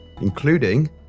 including